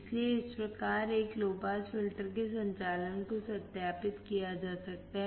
इसलिए इस प्रकार एक लो पास फिल्टर के संचालन को सत्यापित किया जा सकता है